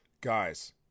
Guys